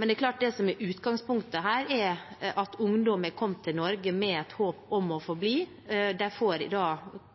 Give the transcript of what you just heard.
Men utgangspunktet er at ungdom har kommet til Norge med et håp om å